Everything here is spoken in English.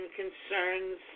concerns